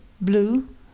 Blue